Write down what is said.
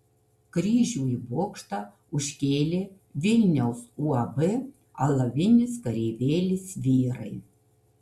kryžių į bokštą užkėlė vilniaus uab alavinis kareivėlis vyrai